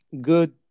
good